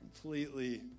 completely